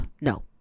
no